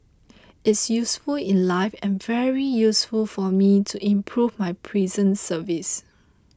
it's useful in life and very useful for me to improve my prison service